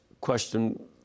question